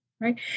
Right